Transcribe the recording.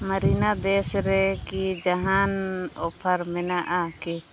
ᱢᱟᱨᱤᱱᱟᱰᱮᱥ ᱨᱮ ᱠᱤ ᱡᱟᱦᱟᱱ ᱚᱯᱷᱟᱨ ᱢᱮᱱᱟᱜᱼᱟ ᱠᱤ